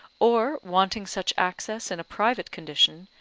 or, wanting such access in a private condition,